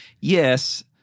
yes